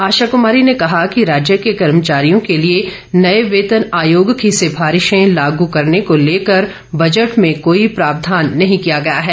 आशा कुमारी ने कहा कि राज्य के कर्मचारियों के लिए नए वेतन आयोग की सिफारिशे लागू करने को लेकर बजट में कोई प्रावधान नहीं किया गया है